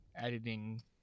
editing